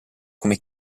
come